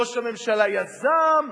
ראש הממשלה יזם,